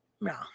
no